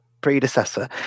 predecessor